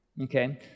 Okay